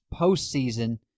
postseason